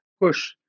push